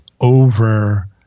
over